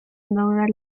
logra